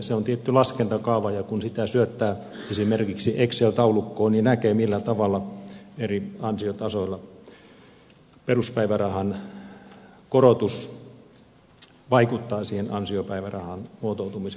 se on tietty laskentakaava ja kun sitä syöttää esimerkiksi excel taulukkoon niin näkee millä tavalla eri ansiotasoilla peruspäivärahan korotus vaikuttaa ansiopäivärahan muotoutumiseen